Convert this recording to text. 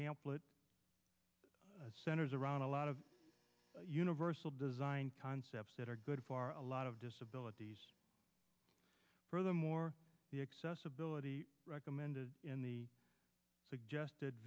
pamphlet centers around a lot of universal design concepts that are good for a lot of disabilities furthermore the accessibility recommended in the